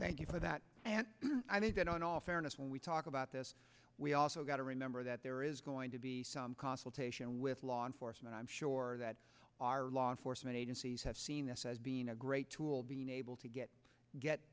thank you for that and i did that on all fairness when we talk about this we also got to remember that there is going to be consultation with law enforcement i'm sure that our law enforcement agencies have seen this as being a great tool being able to get get